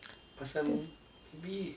pasal maybe